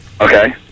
Okay